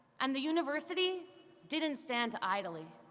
and the university didn't stand idly.